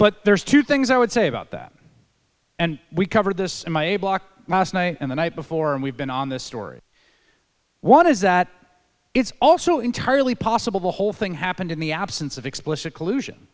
but there's two things i would say about that and we've covered this i'm a block and the night before and we've been on this story one is that it's also entirely possible the whole thing happened in the absence of explicit collusion